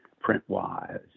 print-wise